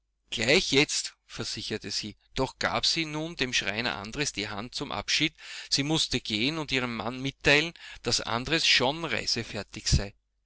jetzt versicherte sie doch gab sie nun dem schreiner andres die hand zum abschied sie mußte gehen und ihrem manne mitteilen daß andres schon reisefertig sei